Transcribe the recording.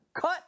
cut